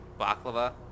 baklava